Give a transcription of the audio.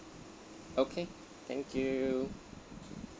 okay thank you